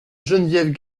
geneviève